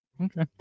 okay